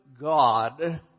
God